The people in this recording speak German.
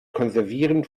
konservieren